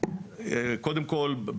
פדרליים